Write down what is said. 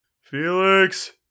Felix